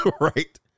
Right